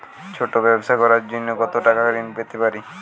ছোট ব্যাবসা করার জন্য কতো টাকা ঋন পেতে পারি?